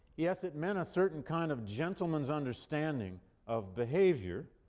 yes, it meant a certain kind of gentleman's understanding of behavior.